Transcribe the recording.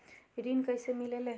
ऋण कईसे मिलल ले?